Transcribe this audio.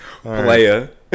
player